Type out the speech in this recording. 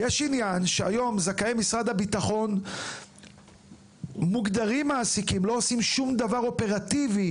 זכאי משרד הביטחון המוגדרים כמעסיקים לא עושים שום דבר אופרטיבי